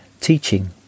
teaching